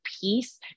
peace